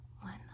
One